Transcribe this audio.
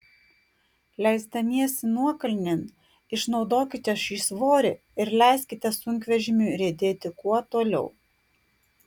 leisdamiesi nuokalnėn išnaudokite šį svorį ir leiskite sunkvežimiui riedėti kuo toliau